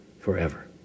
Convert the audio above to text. forever